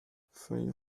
feuer